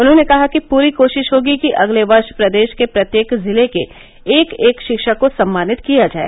उन्होंने कहा कि पूरी कोशिश होगी कि अगले वर्ष प्रदेश के प्रत्येक जिले के एक एक शिक्षक को सम्मानित किया जाए